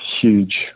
huge